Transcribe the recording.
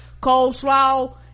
coleslaw